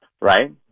Right